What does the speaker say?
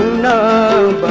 no